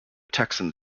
texan